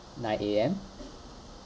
nine A_M